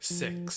six